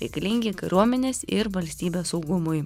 reikalingi kariuomenės ir valstybės saugumui